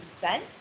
consent